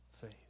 faith